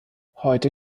heute